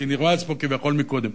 כי נרמז פה כביכול מקודם,